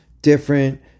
Different